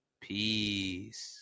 Peace